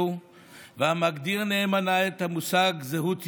והמגדיר נאמנה את המושג זהות יהודית,